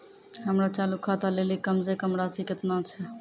हमरो चालू खाता लेली कम से कम राशि केतना छै?